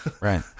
right